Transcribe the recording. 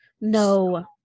No